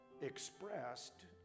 expressed